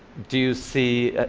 do you see,